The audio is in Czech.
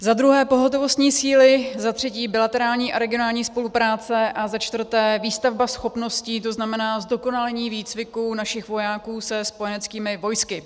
Za druhé pohotovostní síly, za třetí bilaterální a regionální spolupráce, za čtvrté výstavba schopností, to znamená zdokonalení výcviku našich vojáků se spojeneckými vojsky.